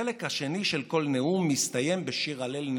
והחלק השני של כל נאום מסתיים בשיר הלל לנתניהו: